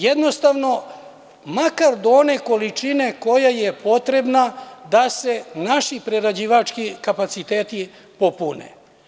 Jednostavno, makar do one količine koja je potrebna da se naši prerađivački kapaciteti popune.